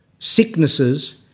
sicknesses